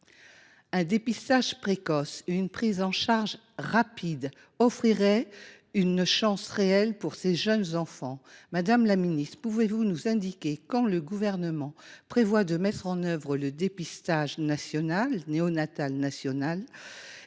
Un dépistage précoce et une prise en charge rapide offriraient pourtant une chance réelle à ces jeunes enfants. Aussi, madame la ministre, pouvez vous nous indiquer quand le Gouvernement prévoit de mettre en œuvre le dépistage néonatal national